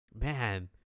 man